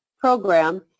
program